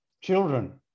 children